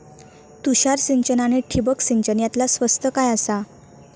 तुषार सिंचन आनी ठिबक सिंचन यातला स्वस्त काय आसा?